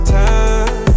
time